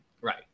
Right